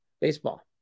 baseball